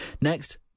Next